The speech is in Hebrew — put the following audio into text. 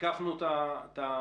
הקפנו את הנושא.